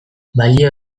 balio